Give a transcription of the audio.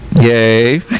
Yay